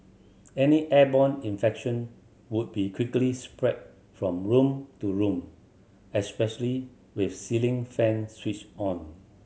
any airborne infection would be quickly spread from room to room especially with ceiling fans switched on